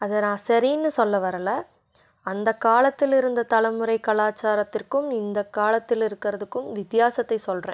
அதை நான் சரின்னு சொல்ல வரலை அந்த காலத்திலிருந்த தலைமுறை கலாச்சாரத்திற்கும் இந்த காலத்தில் இருக்கிறதுக்கும் வித்தியாசத்தை சொல்கிறேன்